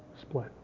split